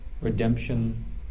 redemption